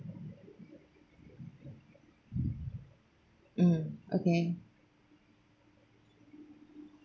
mm okay